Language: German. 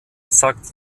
sagt